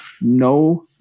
No